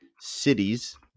Cities